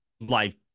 life